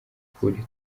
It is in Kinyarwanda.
kure